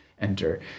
enter